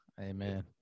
Amen